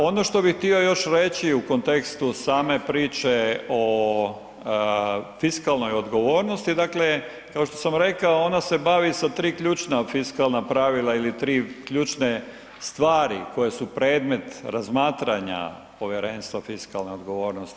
Ono što bih htio još reći u kontekstu same priče o fiskalnoj odgovornosti, dakle, kao što sam rekao, ona se bavi sa 3 ključna fiskalna pravila ili 3 ključne stvari koje su predmet razmatranja povjerenstva fiskalne odgovornosti.